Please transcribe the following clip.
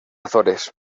azores